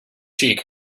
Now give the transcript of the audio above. cheek